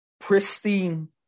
pristine